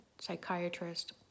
psychiatrist